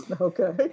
Okay